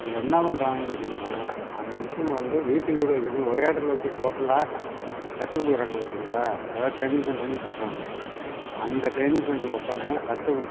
இதில் என்ன பண்ணுறாங்கன்னு கேட்டிங்கன்னால் அந்த மிஷினை வந்து வீட்டுக்கு வீடு வைக்காமல் ஒரே இடத்துல வச்சு டோட்டலாக கற்றுக் கொடுக்குறாங்க பார்த்திங்களா அதுதான் ட்ரெய்னிங் சென்ட்ருன்னு சொல்கிறாங்க அந்த ட்ரெய்னிங் சென்டரில் உக்கார்ந்துதான் கற்றுக்கணும்